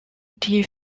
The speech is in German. die